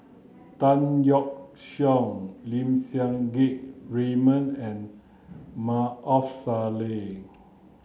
Tan Yeok Seong Lim Siang Keat Raymond and Maarof Salleh